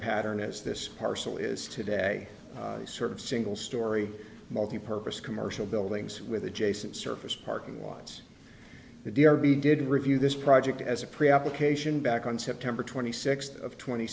pattern as this parcel is today a sort of single storey multi purpose commercial buildings with adjacent surface parking lots with the r v did review this project as a pre application back on september twenty sixth of twenty